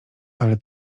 ale